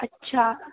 अच्छा